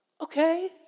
Okay